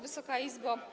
Wysoka Izbo!